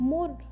More